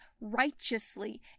righteously